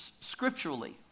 scripturally